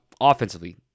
offensively